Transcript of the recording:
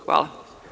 Hvala.